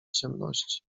ciemności